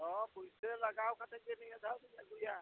ᱦᱮᱸ ᱯᱩᱭᱥᱟᱹᱣ ᱞᱟᱜᱟᱣ ᱠᱟᱛᱮᱫ ᱜᱮ ᱱᱤᱭᱟᱹ ᱫᱷᱟᱣ ᱫᱚᱧ ᱟᱹᱜᱩᱭᱟ